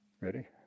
Ready